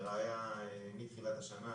לראייה מתחילת השנה,